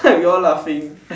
we all laughing